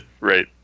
Right